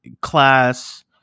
class